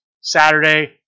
Saturday